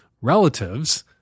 relatives